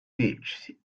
gate